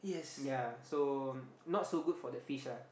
ya so not so good for the fish lah